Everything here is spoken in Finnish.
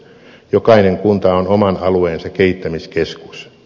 jokainen kunta on oman alueensa kehittämiskeskus